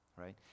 Right